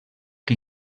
que